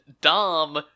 Dom